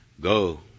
go